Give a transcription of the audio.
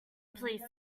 police